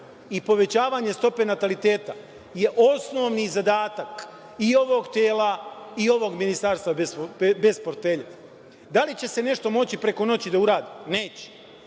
i povećavanje stope nataliteta je osnovni zadatak i ovog tela i ovog Ministarstva bez portfelja. Da li će se nešto moći preko noći da uradi? Neće.